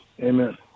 Amen